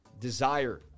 desire